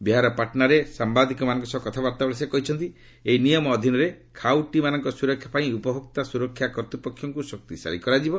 ବିହାରର ପାଟନାଠାରେ ସାମ୍ବାଦିକମାନଙ୍କ ସହ କଥାବାର୍ତ୍ତାବେଳେ ସେ କହିଛନ୍ତି ଏହି ନିୟମ ଅଧୀନରେ ଖାଉଟିମାନଙ୍କ ସୁରକ୍ଷା ପାଇଁ ଉପଭୋକ୍ତା ସୁରକ୍ଷା କର୍ତ୍ତୃପକ୍ଷଙ୍କୁ ଶକ୍ତିଶାଳୀ କରାଯିବ